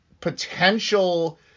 potential